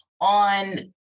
on